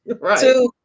right